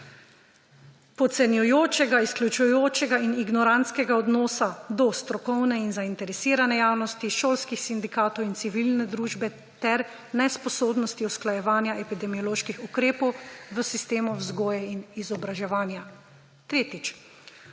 podcenjujočega, izključujočega in ignorantskega odnosa do strokovne in zainteresirane javnost, šolskih sindikatov in civilne družbe ter nesposobnosti usklajevanja epidemioloških ukrepov v sistemu vzgoje in izobraževanja. Tretjič,